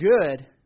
good